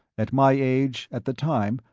at my age, at the time,